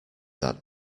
that